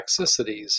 toxicities